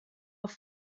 auch